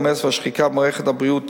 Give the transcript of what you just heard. העומס והשחיקה במערכת הבריאות